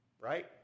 right